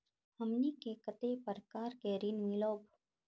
हमनी के कते प्रकार के ऋण मीलोब?